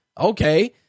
okay